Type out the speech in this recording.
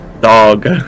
Dog